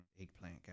eggplant